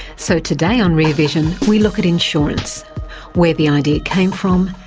so today on rear vision, we look at insurance where the idea came from,